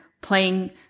playing